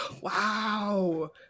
wow